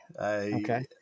Okay